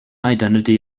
identity